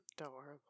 adorable